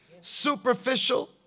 Superficial